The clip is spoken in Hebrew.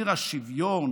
עיר השוויון,